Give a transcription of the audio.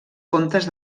contes